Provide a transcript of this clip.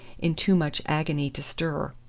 in too much agony to stir.